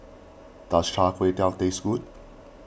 does Char Kway Teow taste good